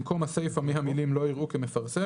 במקום הסיפה מהמילים "לא יראו כמפרסם"